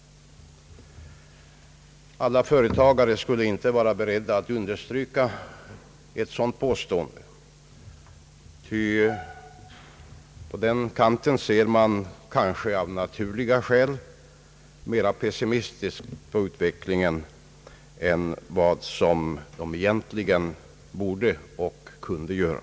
Alla företagare skulle väl inte vara beredda att dela ett sådant påstående, ty på den kanten ser man, kanske av naturliga skäl, mera pessimistiskt på utvecklingen än de egentligen borde och kunde göra.